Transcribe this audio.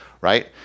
right